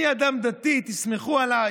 אני אדם דתי, תסמכו עליי.